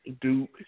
Duke